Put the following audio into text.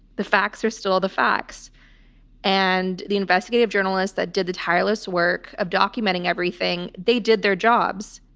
the facts are still all the facts and the investigative journalists that did the tireless work of documenting everything. they did their jobs,